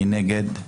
מי נגד?